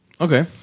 Okay